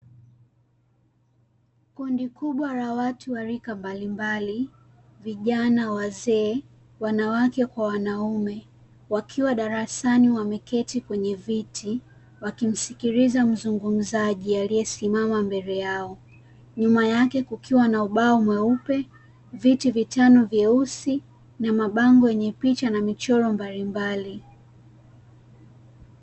Kundi kubwa la watu wa rika mbalimbali, vijana, wazee, wanawake kwa wanaume, wakiwa darasani wameketi kwenye viti wakimsikiliza mzungumzaji aliyesimama mbele yao. Nyuma yake kukiwa na ubao mweupe, viti vitano vyeusi, na mabango yenye picha na michoro mbalimbali.